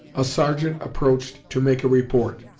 a sergeant approached to make a report.